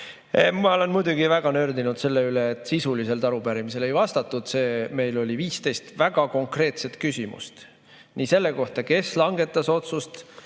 olen muidugi väga nördinud selle pärast, et sisuliselt arupärimisele ei vastatud. Meil oli 15 väga konkreetset küsimust – nii selle kohta, kes langetas otsuse,